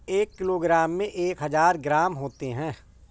एक किलोग्राम में एक हजार ग्राम होते हैं